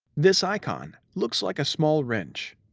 this icon looks like a small wrench.